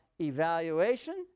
evaluation